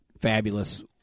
fabulous